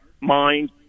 mind